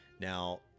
Now